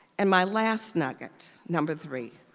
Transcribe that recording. and my last nugget, number three,